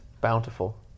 Bountiful